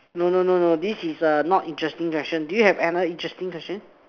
no no no no this is a not interesting question do you have another interesting question